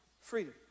freedom